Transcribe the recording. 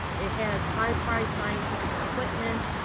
it has high priced scientific equipment,